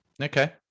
Okay